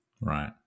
Right